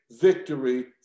victory